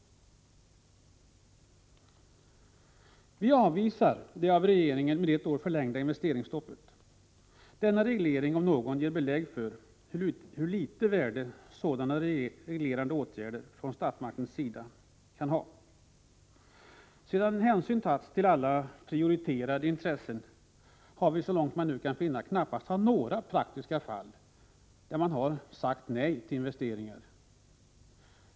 Vi avvisar det av regeringen med ett år förlängda investeringsstoppet. Denna reglering, om någon, ger belägg för hur litet värde sådana reglerande åtgärder från statsmakternas sida kan ha. Sedan hänsyn tagits till alla prioriterade intressen har vi så långt jag kunnat finna knappast haft några praktiska fall där man sagt nej till investeringar.